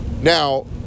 Now